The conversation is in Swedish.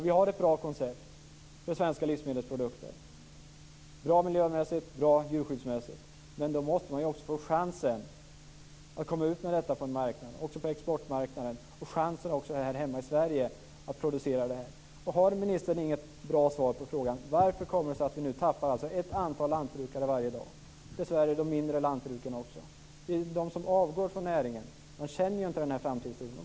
Vi har ett bra koncept för svenska livsmedelsprodukter: miljömässigt och djurskyddsmässigt bra produkter. Men då måste man också få chans att komma ut på en exportmarknad och chans att producera livsmedel hemma i Sverige. Hur kommer det sig att vi nu tappar ett antal lantbruk varje dag, och det rör sig dessvärre om de mindre lantbruken? De som avgår från näringen känner ju inte denna framtidstro.